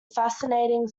fascinating